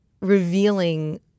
revealing